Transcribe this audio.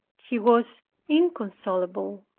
he was inconsolable.